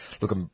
look